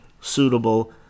suitable